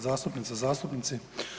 zastupnice i zastupnici.